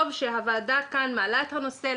טוב שהוועדה כאן מעלה את הנושא,